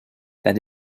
that